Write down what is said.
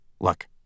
Look